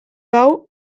hau